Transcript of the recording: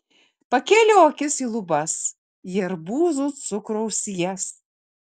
pakėliau akis į lubas į arbūzų cukraus sijas